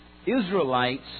Israelites